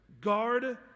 guard